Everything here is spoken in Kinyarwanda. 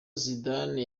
zidane